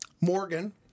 Morgan